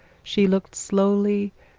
she looked slowly,